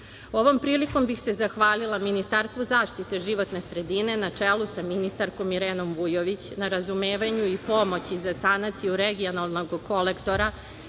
prilikom bih se zahvalila Ministarstvu zaštite životne sredine na čelu sa ministarkom Irenom Vujović na razumevanju i pomoći za sanaciju regionalnog kolektora